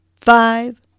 five